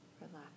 relax